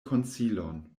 konsilon